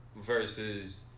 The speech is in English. versus